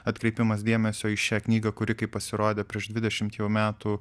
atkreipimas dėmesio į šią knygą kuri kaip pasirodė prieš dvidešimt jau metų